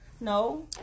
No